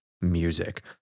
music